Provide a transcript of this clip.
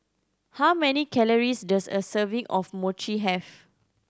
how many calories does a serving of Mochi have